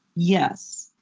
yes,